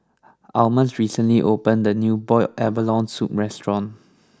Almus recently opened a new Boiled Abalone Soup restaurant